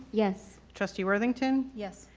yes. trustee worthington? yes.